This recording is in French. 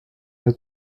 deux